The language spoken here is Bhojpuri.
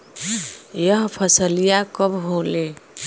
यह फसलिया कब होले?